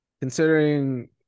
considering